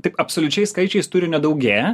tik absoliučiais skaičiais turinio daugėja